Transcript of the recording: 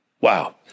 Wow